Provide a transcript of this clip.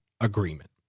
agreement